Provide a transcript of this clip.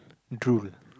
drool